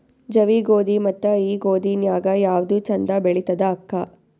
ಜವಿ ಗೋಧಿ ಮತ್ತ ಈ ಗೋಧಿ ನ್ಯಾಗ ಯಾವ್ದು ಛಂದ ಬೆಳಿತದ ಅಕ್ಕಾ?